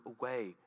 away